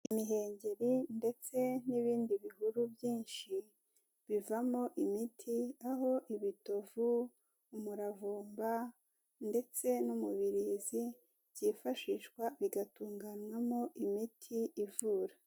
Imihengeri ndetse n'ibindi bihuru byinshi bivamo imiti aho ibitovu, umuravumba ndetse n'umubirizi byifashishwa bigatunganyamo imiti ivura.